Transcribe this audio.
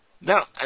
Now